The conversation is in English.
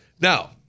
Now